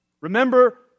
Remember